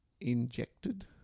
injected